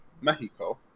Mexico